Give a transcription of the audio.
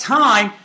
time